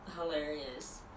Hilarious